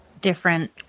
different